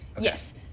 Yes